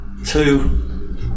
two